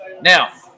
now